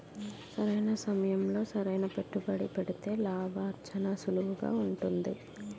సరైన సమయంలో సరైన పెట్టుబడి పెడితే లాభార్జన సులువుగా ఉంటుంది